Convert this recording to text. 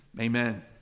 Amen